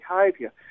behaviour